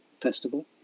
Festival